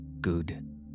good